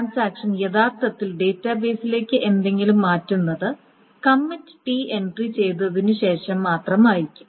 transaction യഥാർത്ഥത്തിൽ ഡാറ്റാബേസിലേക്ക് എന്തെങ്കിലും മാറ്റുന്നത് കമ്മിറ്റ് ടി എൻട്രി ചെയ്തതിനുശേഷം മാത്രം ആയിരിക്കും